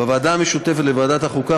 בוועדה המשותפת לוועדת החוקה,